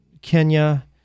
Kenya